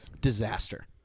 disaster